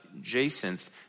jacinth